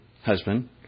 husband